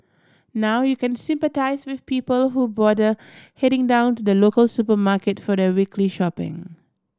now you can sympathise with people who bother heading down to the local supermarket for their weekly shopping